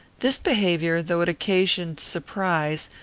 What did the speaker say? this behaviour, though it occasioned surprise,